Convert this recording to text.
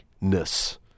Ness